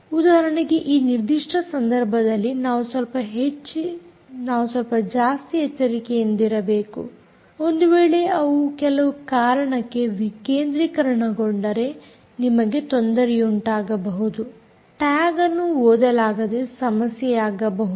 ಉದಾಹರಣೆಗೆ ಈ ನಿರ್ದಿಷ್ಟ ಸಂದರ್ಭದಲ್ಲಿ ನಾವು ಸ್ವಲ್ಪ ಜಾಸ್ತಿ ಎಚ್ಚರಿಕೆಯಿಂದಿರಬೇಕು ಒಂದು ವೇಳೆ ಅವು ಕೆಲವು ಕಾರಣಕ್ಕೆ ವಿಕೇಂದ್ರೀಕರಣಗೊಂಡರೆ ನಿಮಗೆ ತೊಂದರೆಯುಂಟಾಗಬಹುದು ಟ್ಯಾಗ್ಅನ್ನು ಓದಲಾಗದೆ ಸಮಸ್ಯೆಯಾಗಬಹುದು